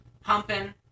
pumping